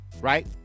right